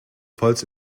pfalz